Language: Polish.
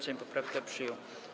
Sejm poprawkę przyjął.